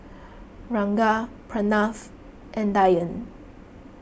Ranga Pranav and Dhyan